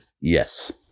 yes